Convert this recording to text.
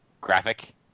graphic